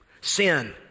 Sin